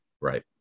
Right